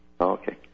Okay